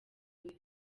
boys